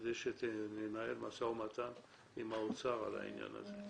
כדי שננהל משא ומתן עם האוצר על העניין הזה,